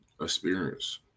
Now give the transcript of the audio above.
Experience